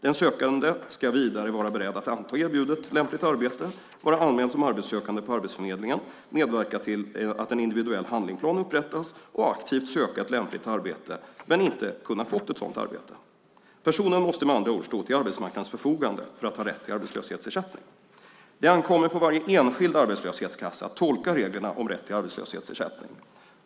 Den sökande ska vidare vara beredd att anta erbjudet lämpligt arbete, vara anmäld som arbetssökande på arbetsförmedlingen, medverka till att en individuell handlingsplan upprättas och aktivt söka ett lämpligt arbete men inte ha kunnat få ett sådant arbete. Personen måste med andra ord stå till arbetsmarknadens förfogande för att ha rätt till arbetslöshetsersättning. Det ankommer på varje enskild arbetslöshetskassa att tolka reglerna om rätt till arbetslöshetsersättning.